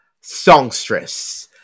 songstress